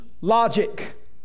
logic